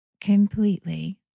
completely